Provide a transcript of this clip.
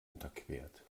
unterquert